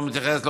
לא מתייחס,